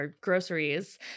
groceries